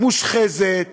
מושחזת,